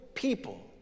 people